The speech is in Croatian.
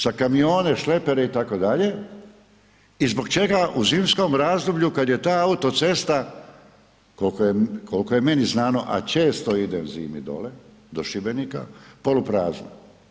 Za kamione, šlepere itd. i zbog čega u zimskom razdoblju kad je ta autocesta koliko je meni znano a često idem u zimi dole, do Šibenika, poluprazna.